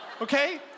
Okay